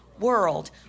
world